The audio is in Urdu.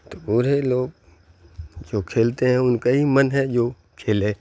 تو بوڑھے لوگ جو کھیلتے ہیں ان کا ہی من ہے جو کھیلے